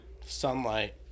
Sunlight